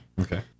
Okay